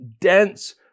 dense